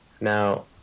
Now